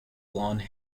blonde